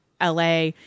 LA